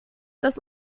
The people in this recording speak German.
dass